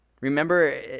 Remember